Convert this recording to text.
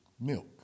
milk